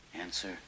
Answer